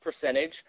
percentage